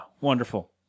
Wonderful